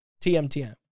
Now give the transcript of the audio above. TMTM